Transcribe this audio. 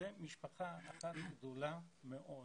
זו משפחה אחת גדולה מאוד.